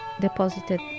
deposited